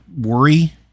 worry